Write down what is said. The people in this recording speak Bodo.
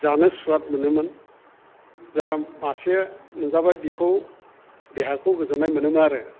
जानो सुवाद मोनोमोन जा मासे मोनजाबाय बिखौ देहाखौ गोजोननाय मोनोमोन आरो